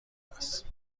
است